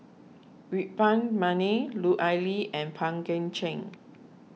Yuen Peng McNeice Lut Ali and Pang Guek Cheng